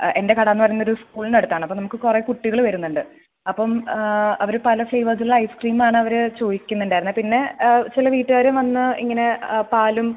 എൻ്റെ കട എന്ന് പറയുന്നത് ഒരു സ്കൂളിൻ്റെ അടുത്താണ് അപ്പോൾ നമുക്ക് കുറേ കുട്ടികൾ വരുന്നുണ്ട് അപ്പം അവർ പല ഫ്ലേവേഴ്സ് ഉള്ള ഐസ്ക്രീം ആണ് അവർ ചോദിക്കുന്നുണ്ടായിരുന്നത് പിന്നെ ചില വീട്ടുകാർ വന്ന് ഇങ്ങനെ പാലും